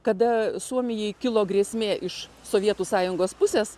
kada suomijai kilo grėsmė iš sovietų sąjungos pusės